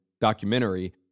documentary